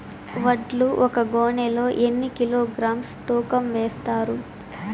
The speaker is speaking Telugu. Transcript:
వడ్లు ఒక గోనె లో ఎన్ని కిలోగ్రామ్స్ తూకం వేస్తారు?